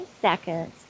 seconds